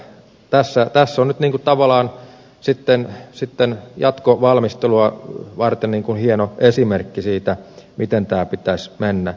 tässä on nyt tavallaan sitten jatkovalmistelua varten hieno esimerkki siitä miten tämän pitäisi mennä